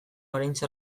oraintxe